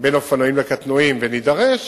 בין הקטנועים לאופנועים ונידרש,